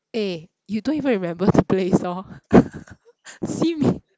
eh you don't even remember the place lor simi